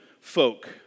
folk